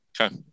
Okay